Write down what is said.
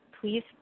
please